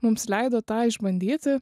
mums leido tą išbandyti